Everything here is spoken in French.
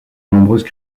nombreuses